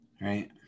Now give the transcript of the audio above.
Right